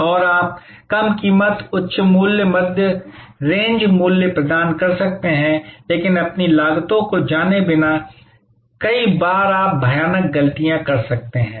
और आप कम कीमत उच्च मूल्य मध्य रेंज मूल्य प्रदान कर सकते हैं लेकिन अपनी लागतों को जाने बिना कई बार आप भयानक गलतियां कर सकते हैं